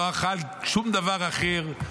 לא אכל שום דבר אחר,